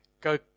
go